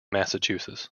massachusetts